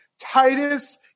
Titus